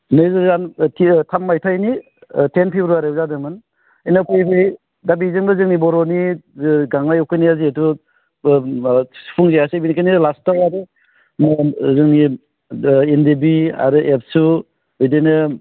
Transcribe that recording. नैरोजा थि थाम मायथाइनि टेन फेब्रुवारिआव जादोंमोन उनाव फैयै फैयै दा बेजोंबो जोंनि बर'नि जा गांनाय उखैनाया जिहेथु माबा सुफुं जायासै बिनिखायनो लास्टआव जोंनि एनडिएफबि आरो एबसु बिदिनो